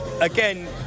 again